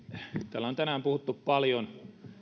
täällä on tänään puhuttu paljon